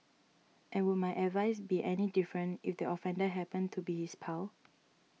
and would my advice be any different if the offender happened to be his pal